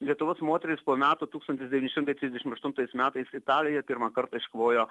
lietuvos moterys po metų tūkstantis devyni šimtai trisdešimt aštuntais metais italijoj pirmą kartą iškovojo